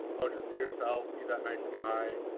i'll just be yourself be that nice guy.